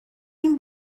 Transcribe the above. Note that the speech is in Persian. این